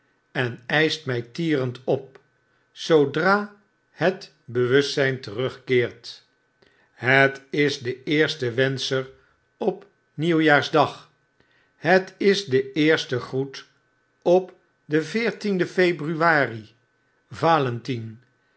en eischt my tierend op zoodra het bewustzyn terugkeert het is de eerste wenscher op nieuwjaarsdag het is de eerste groet op den veertienden februari